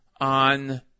on